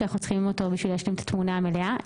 שאנחנו צריכים אותו כדי להשלים את התמונה המלאה.